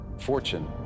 Fortune